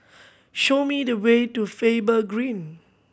show me the way to Faber Green